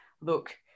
look